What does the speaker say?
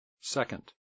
Second